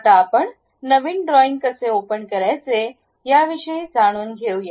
आता आपण नवीन ड्रॉईंग कसे ओपन करायचे याविषयी जाणून घेऊया